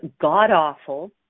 god-awful